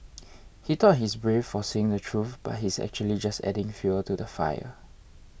he thought he's brave for saying the truth but he's actually just adding fuel to the fire